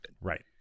Right